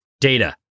Data